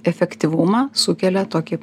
efektyvumą sukelia tokį